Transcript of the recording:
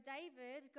David